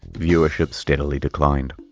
viewership steadily declined.